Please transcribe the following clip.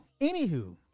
Anywho